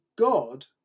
God